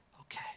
okay